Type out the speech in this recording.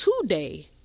today